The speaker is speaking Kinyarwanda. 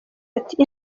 ati